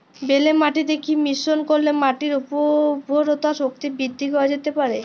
বেলে মাটিতে কি মিশ্রণ করিলে মাটির উর্বরতা শক্তি বৃদ্ধি করা যেতে পারে?